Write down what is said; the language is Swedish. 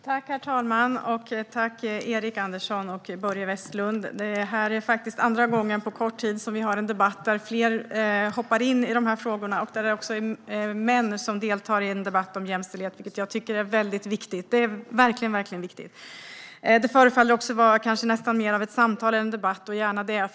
Herr talman! Tack, Erik Andersson och Börje Vestlund! Det här är andra gången på kort tid som vi har en debatt där fler hoppar in i de här frågorna och där det också är män som deltar i en debatt om jämställdhet, vilket jag tycker är väldigt viktigt. Det är verkligen viktigt. Det förefaller kanske att vara mer av ett samtal än en debatt, och gärna det.